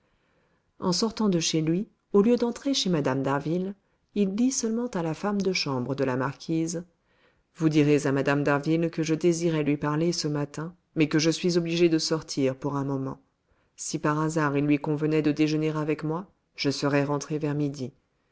en sortant de chez lui au lieu d'entrer chez mme d'harville il dit seulement à la femme de chambre de la marquise vous direz à mme d'harville que je désirais lui parler ce matin mais que je suis obligé de sortir pour un moment si par hasard il lui convenait de déjeuner avec moi je serai rentré vers midi